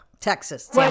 Texas